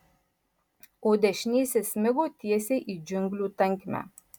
o dešinysis smigo tiesiai į džiunglių tankmę